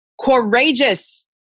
courageous